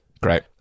Great